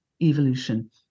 evolution